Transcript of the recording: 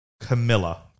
Camilla